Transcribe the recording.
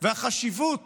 והחשיבות